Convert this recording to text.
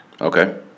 Okay